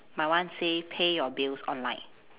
my one say pay your bills online